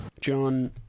John